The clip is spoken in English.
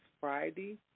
Friday